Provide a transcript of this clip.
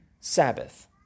Sabbath